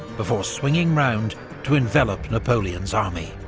before swinging round to envelop napoleon's army.